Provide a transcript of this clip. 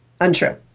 Untrue